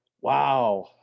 Wow